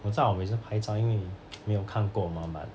我知道我每次拍照因为 没有看过吗 but